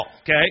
okay